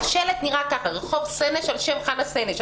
השלט נראה כך: רחוב סנש על שם חנה סנש.